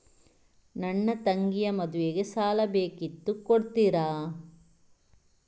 ನನ್ನ ತಂಗಿಯ ಮದ್ವೆಗೆ ಸಾಲ ಬೇಕಿತ್ತು ಕೊಡ್ತೀರಾ?